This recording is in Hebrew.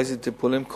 ואיזה טיפולים,